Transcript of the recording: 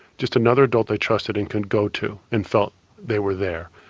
just another adult they trusted and could go to and felt they were there.